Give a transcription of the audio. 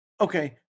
Okay